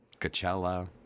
Coachella